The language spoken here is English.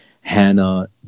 Hannah